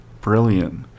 brilliant